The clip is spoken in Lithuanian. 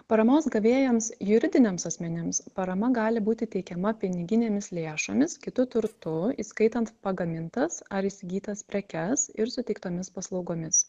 paramos gavėjams juridiniams asmenims parama gali būti teikiama piniginėmis lėšomis kitu turtu įskaitant pagamintas ar įsigytas prekes ir suteiktomis paslaugomis